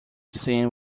seen